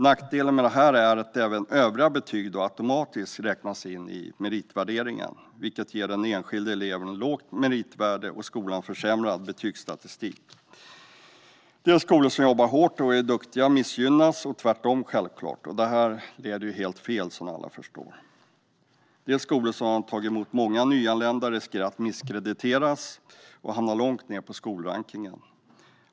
Nackdelen är att även övriga betyg automatiskt räknas in i meritvärderingen, vilket ger den enskilda eleven ett lågt meritvärde och skolan försämrad betygsstatistik. Den skola med lärare som jobbar hårt och är duktiga missgynnas - och självklart tvärtom. Det leder helt fel, som alla förstår. De skolor som har tagit emot många nyanlända riskerar att misskrediteras och hamna långt ned på skolrankningen.